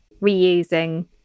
reusing